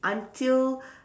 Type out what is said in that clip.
until